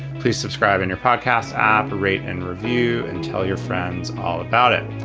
please subscribe and your podcast operate and review and tell your friends all about it.